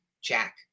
Jack